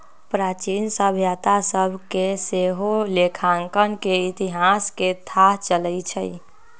प्राचीन सभ्यता सभ से सेहो लेखांकन के इतिहास के थाह चलइ छइ